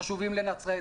חשובים לנצרת,